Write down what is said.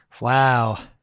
Wow